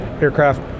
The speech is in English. aircraft